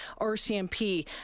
RCMP